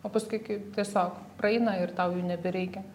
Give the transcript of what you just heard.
o paskui kai tiesiog praeina ir tau jų nebereikia